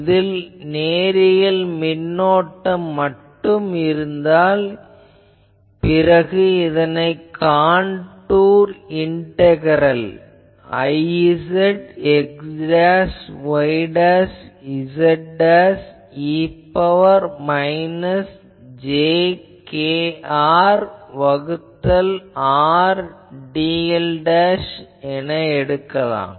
இதில் நேரியல் மின்னோட்டம் மட்டும் இருந்தால் பிறகு இது காண்டூர் இண்டகரல் Izxyz e ன் பவர் மைனஸ் j kR வகுத்தல் R dl ஆகும்